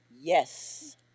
yes